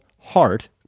heart